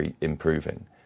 improving